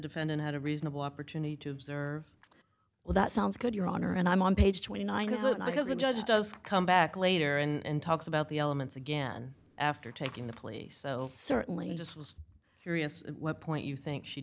defendant had a reasonable opportunity to observe well that sounds good your honor and i'm on page twenty nine because the judge does come back later and talks about the elements again after taking the police so certainly just was curious what point you think she